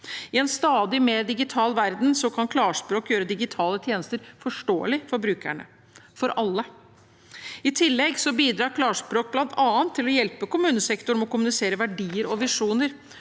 I en stadig mer digital verden kan klarspråk gjøre digitale tjenester forståelige for brukerne – for alle. I tillegg bidrar klarspråk bl.a. til å hjelpe kommunesektoren med å kommunisere verdier og visjoner,